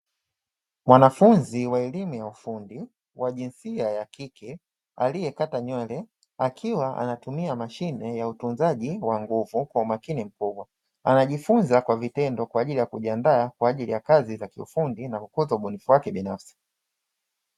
Mwanafunzi wa elimu ya ufundi wa jinsia ya kike aliyekata nyele akiwa anatumia mashine ya utunzaji wa nguvu kwa umakini mkubwa. Anajifunza kwa vitendo kwa ajili ya kujiandaa kwa ajili ya kazi za kiufundi na kukuza ubunifu wake binafsi.